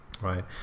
right